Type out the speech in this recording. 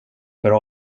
för